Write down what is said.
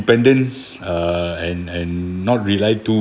independent uh and and not rely too